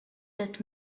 that